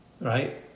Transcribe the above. right